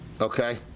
okay